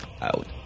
out